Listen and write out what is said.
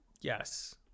Yes